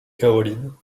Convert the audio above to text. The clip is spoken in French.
caroline